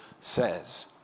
says